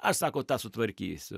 aš sako tą sutvarkysiu